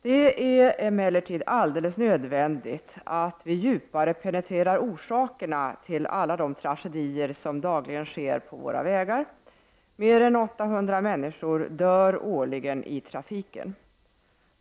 Det är emellertid alldeles nödvändigt att djupare penetrera orsakerna till alla de tragedier som dagligen sker på våra vägar. Mer än 800 människor dör årligen i trafiken.